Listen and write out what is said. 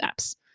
apps